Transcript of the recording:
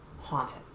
haunted